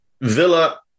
Villa